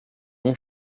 non